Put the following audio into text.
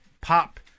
Pop